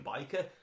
Biker